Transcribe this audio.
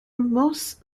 most